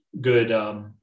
good